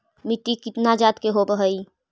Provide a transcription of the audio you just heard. मिट्टी कितना जात के होब हय?